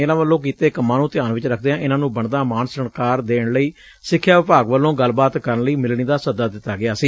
ਇਨਾਂ ਵਲੋਂ ਕੀਤੇ ਕੰਮਾਂ ਨੂੰ ਧਿਆਨ ਚ ਰਖਦਿਆਂ ਇਨਾਂ ਨੂੰ ਬਣਦਾ ਮਾਣ ਸਤਿਕਾਰ ਦੇਣ ਲਈ ਸਿਖਿਆ ਵਿਭਾਗ ਵੱਲੋਂ ਗੱਲਬਾਤ ਕਰਨ ਲਈ ਮਿਲਣੀ ਦਾ ਸੱਦਾ ਦਿੱਤਾ ਗਿਆ ਸੀ